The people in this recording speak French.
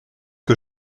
que